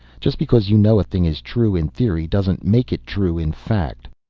just because you know a thing is true in theory, doesn't make it true in fact.